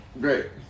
Great